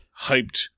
hyped